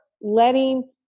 letting